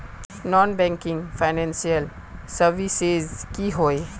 Non banking financial services की होय?